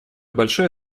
большое